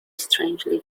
strangely